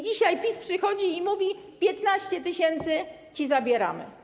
Dzisiaj PiS przychodzi i mówi: 15 tys. ci zabieramy.